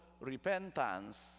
repentance